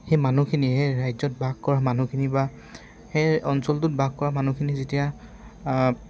সেই মানুহখিনি সেই ৰাজ্যত বাস কৰা মানুহখিনি বা সেই অঞ্চলটোত বাস কৰা মানুহখিনি যেতিয়া